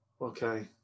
Okay